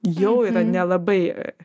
jau yra nelabai